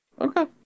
Okay